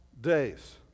Days